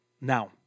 Now